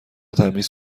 تمیز